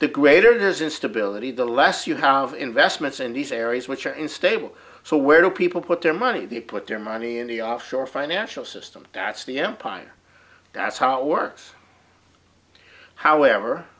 the greater it is instability the less you have investments in these areas which are in stable so where do people put their money they put their money in the offshore financial system that's the empire that's how it works however